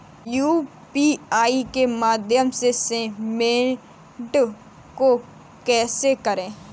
UPI के माध्यम से पेमेंट को कैसे करें?